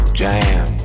jam